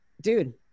dude